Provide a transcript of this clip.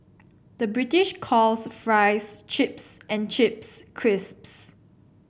the British calls fries chips and chips crisps